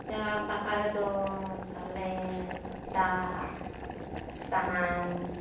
ᱡᱟᱦᱟᱸ ᱫᱟᱠᱟ ᱨᱮᱫᱚᱻ ᱪᱟᱣᱞᱮ ᱫᱟᱜ ᱥᱟᱦᱟᱱᱻ